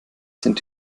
sind